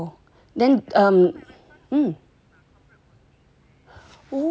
!wow! then um